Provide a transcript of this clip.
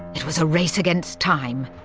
it was a race against time.